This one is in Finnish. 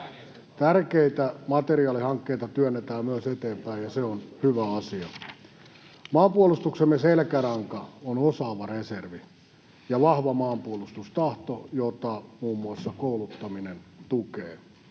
tärkeitä materiaalihankkeita työnnetään eteenpäin, ja se on hyvä asia. Maanpuolustuksemme selkäranka on osaava reservi ja vahva maanpuolustustahto, jota muun muassa kouluttaminen tukee.